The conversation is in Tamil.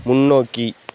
முன்னோக்கி